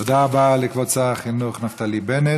תודה רבה לכבוד שר החינוך נפתלי בנט.